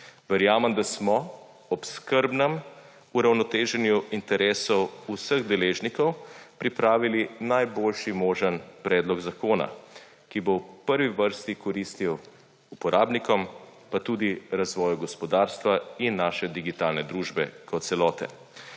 Verjamem, da smo ob skrbnem uravnoteženju interesov vseh deležnikov pripravili najboljši možen predlog zakona, ki bo v prvi vrsti koristil uporabnikom, pa tudi razvoju gospodarstva in naše digitalne družbe kot celote.